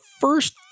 first